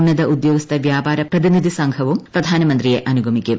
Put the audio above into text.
ഉന്നത ഉദ്യോഗസ്ഥ വ്യാപാര പ്രതിനിധി സംഘവും പ്രധാനമന്ത്രിയെ അനുഗമിക്കും